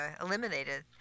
eliminated